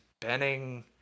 Benning